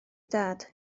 dad